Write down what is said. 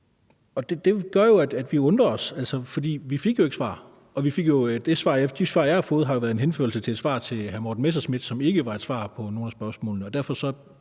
Det gør, at vi undrer os, for vi fik jo ikke svar, og de svar, jeg har fået, har jo været en henførelse til et svar til hr. Morten Messerschmidt, som ikke var et svar på nogen